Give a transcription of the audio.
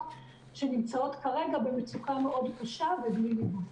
שנמצאות כרגע במצוקה מאוד קשה ובלי ליווי.